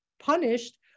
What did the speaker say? punished